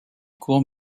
courts